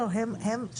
זה